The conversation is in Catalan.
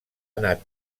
anat